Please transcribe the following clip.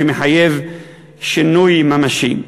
שמחייב שינוי ממשי.